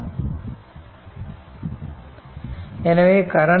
எனவே current i i1 i2